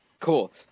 Cool